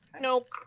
Nope